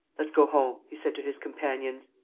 let's go home, he said to his companions.